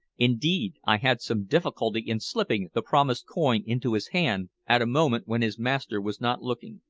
indeed, i had some difficulty in slipping the promised coin into his hand at a moment when his master was not looking.